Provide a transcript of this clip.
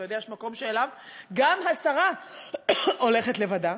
אתה יודע, יש מקום שאליו גם השרה הולכת לבדה.